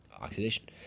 oxidation